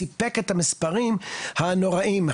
סיפק את המספרים הנוראים.